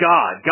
God